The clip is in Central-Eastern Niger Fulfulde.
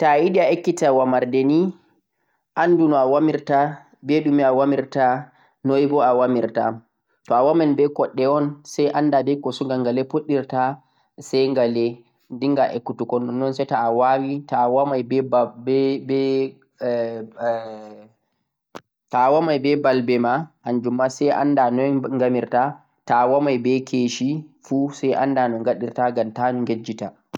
Ta'ayiɗe a ekkita wamarde nii andu no a wamirta be ɗumi awamirta. Toh wamarde koɗɗe on sai ɗinga ekkutuko to bo je balbe manii sai ɗinga ekkutuko koh be je keci